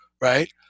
right